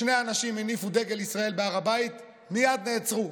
שני אנשים הניפו דגל ישראל בהר הבית ומייד נעצרו.